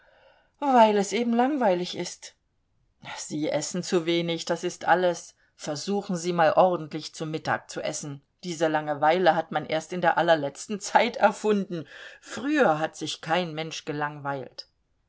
weil es eben langweilig ist sie essen zu wenig das ist alles versuchen sie mal ordentlich zu mittag zu essen diese langeweile hat man erst in der allerletzten zeit erfunden früher hat sich kein mensch gelangweilt